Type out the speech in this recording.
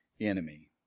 enemy